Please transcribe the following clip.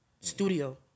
studio